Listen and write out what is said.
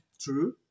True